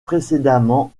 précédemment